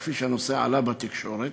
כפי שהנושא עלה בתקשורת,